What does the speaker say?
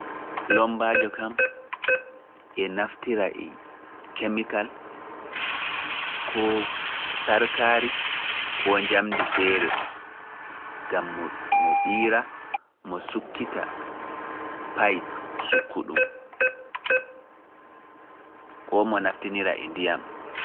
Pulommbaajo kam e naftira e kemikal koo sarkaari ko njamndi feere ngam mo, mo ɓiira mo sukkita paayip sukkouɗum, koo mo naftinira e ndiyam.